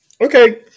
Okay